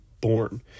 born